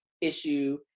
issue